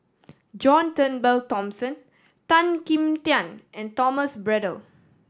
John Turnbull Thomson Tan Kim Tian and Thomas Braddell